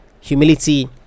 Humility